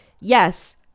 yes